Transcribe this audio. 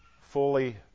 fully